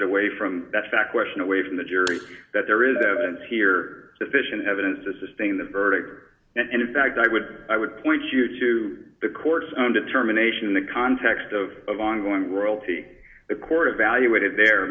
takes away from that fact question away from the jury that there is evidence here deficient evidence to sustain the verdict and in fact i would i would point you to the court's undetermined nation in the context of of ongoing royalty the court evaluated the